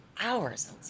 Hours